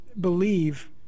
believe